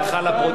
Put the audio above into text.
הצבעה נגד.